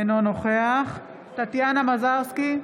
אינו נוכח טטיאנה מזרסקי,